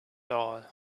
all